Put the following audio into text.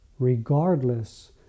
regardless